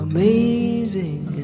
Amazing